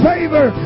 favor